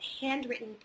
handwritten